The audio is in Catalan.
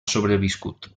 sobreviscut